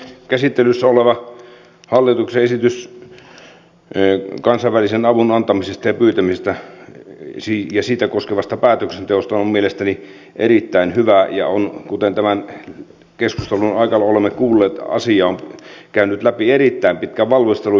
käsittelyssä oleva hallituksen esitys kansainvälisen avun antamisesta ja pyytämisestä ja siitä koskevasta päätöksenteosta on mielestäni erittäin hyvä ja kuten tämän keskustelun aikana olemme kuulleet asia on käynyt läpi erittäin pitkän valmistelun